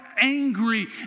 angry